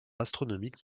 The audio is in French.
astronomique